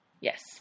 Yes